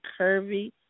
curvy